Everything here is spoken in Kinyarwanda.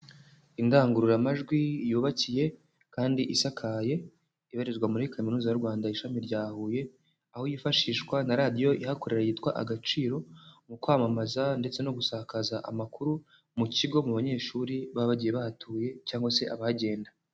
Indangururamajwi yubakiye kandi isakaye, ibarizwa muri kaminuza y'u rwanda ishami rya huye, aho yifashishwa na radiyo ihakorera yitwa agaciro, mu kwamamaza ndetse no gusakaza amakuru mu kigo, mu banyeshuri baba bagiye bahatuye cyangwa se abahagenda.